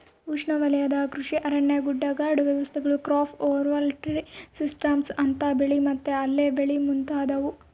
ಉಷ್ಣವಲಯದ ಕೃಷಿ ಅರಣ್ಯ ಗುಡ್ಡಗಾಡು ವ್ಯವಸ್ಥೆಗಳು ಕ್ರಾಪ್ ಓವರ್ ಟ್ರೀ ಸಿಸ್ಟಮ್ಸ್ ಅಂತರ ಬೆಳೆ ಮತ್ತು ಅಲ್ಲೆ ಬೆಳೆ ಮುಂತಾದವು